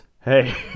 hey